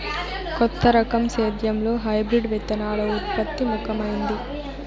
కొత్త రకం సేద్యంలో హైబ్రిడ్ విత్తనాల ఉత్పత్తి ముఖమైంది